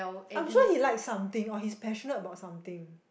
I'm sure he likes something or he's passionate about something